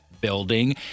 building